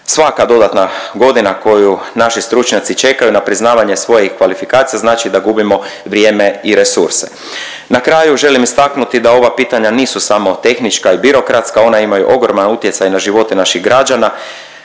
Svaka dodatna godina koju naši stručnjaci čekaju na priznavanje svojih kvalifikacija znači da gubimo vrijeme i resurse. Na kraju želim istaknuti da ova pitanja nisu samo tehnička i birokratska, ona imaju ogroman utjecaj na živote naših građana,